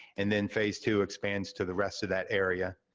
and then phase two expands to the rest of that area.